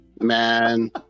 Man